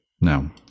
No